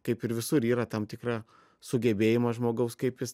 kaip ir visur yra tam tikra sugebėjimas žmogaus kaip jis